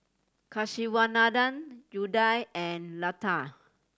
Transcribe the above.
Kasiviswanathan Udai and Lata